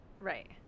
right